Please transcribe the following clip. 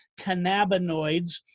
cannabinoids